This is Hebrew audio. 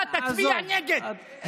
אתה תצביע נגד,